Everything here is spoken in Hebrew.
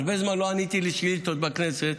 הרבה זמן לא עניתי לשאילתות בכנסת,